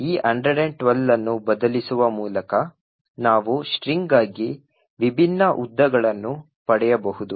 ಆದ್ದರಿಂದ ಈ 112 ಅನ್ನು ಬದಲಿಸುವ ಮೂಲಕ ನಾವು ಸ್ಟ್ರಿಂಗ್ಗಾಗಿ ವಿಭಿನ್ನ ಉದ್ದಗಳನ್ನು ಪಡೆಯಬಹುದು